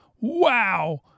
wow